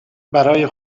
برای